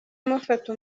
mufata